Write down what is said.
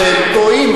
אתם טועים.